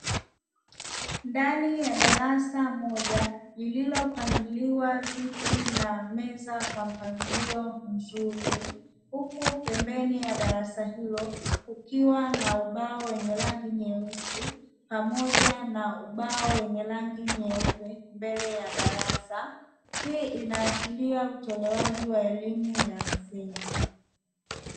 Ndani ya darasa moja lililopangiliwa viti na meza kwa mpangilio mzuri, huku pembeni ya darasa hilo kukiwa na ubao wenye rangi nyeusi pamoja na ubao wenye rangi nyeupe mbele ya darasa, hii inaashiria utolewaji wa elimu ya msingi.